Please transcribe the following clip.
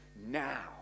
now